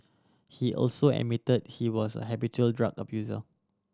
he also admitted he was a habitual drug abuser